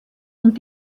und